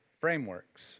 frameworks